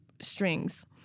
strings